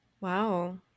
wow